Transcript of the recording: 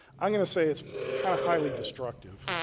i'm going to say it's kind of highly destructive.